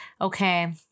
Okay